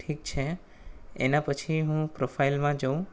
ઠીક છે એનાં પછી હું પ્રોફાઇલમાં જાઉં